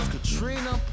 Katrina